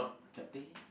Chapteh